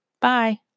Bye